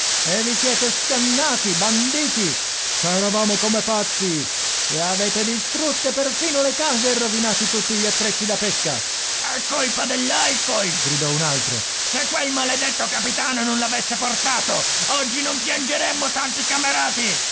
e vi siete scannati banditi se eravamo come pazzi e avete distrutte perfino le case e rovinati tutti gli attrezzi da pesca è colpa dell'alcool gridò un altro se quel maledetto capitano non l'avesse portato oggi non piangeremmo tanti camerati